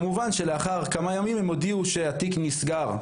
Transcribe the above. כמובן שלאחר כמה ימים הם הודיעו שהתיק נסגר,